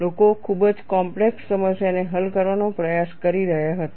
લોકો ખૂબ જ કોમ્પ્લેક્ષ સમસ્યાને હલ કરવાનો પ્રયાસ કરી રહ્યા હતા